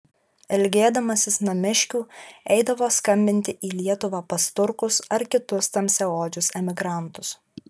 ilgėdamasis namiškių eidavo skambinti į lietuvą pas turkus ar kitus tamsiaodžius emigrantus